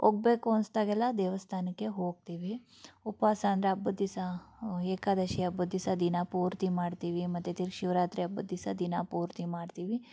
ಹೋಗ್ಬೇಕು ಅನ್ಸ್ದಾಗೆಲ್ಲ ದೇವಸ್ಥಾನಕ್ಕೆ ಹೋಗ್ತೀವಿ ಉಪವಾಸ ಅಂದರೆ ಹಬ್ಬದ ದಿವಸ ಏಕಾದಶಿ ಹಬ್ಬದ ದಿವಸ ದಿನಪೂರ್ತಿ ಮಾಡ್ತೀವಿ ಮತ್ತು ತಿರ್ಗ ಶಿವರಾತ್ರಿ ಹಬ್ಬದ ದಿವಸ ದಿನಪೂರ್ತಿ ಮಾಡ್ತೀವಿ